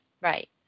Right